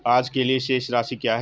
आज के लिए शेष राशि क्या है?